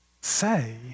say